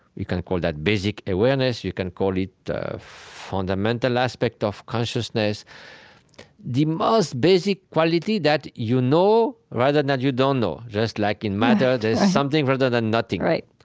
you can call that basic awareness. you can call it a fundamental aspect of consciousness the most basic quality that you know, rather than you don't know, just like in matter, there's something rather than nothing.